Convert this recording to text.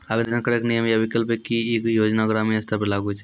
आवेदन करैक नियम आ विकल्प? की ई योजना ग्रामीण स्तर पर लागू छै?